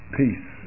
peace